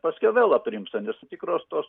paskiau vėl aprimsta nes tikros tos